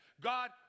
God